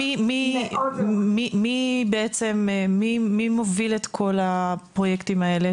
מי מתקצב את כל הפרויקטים האלה?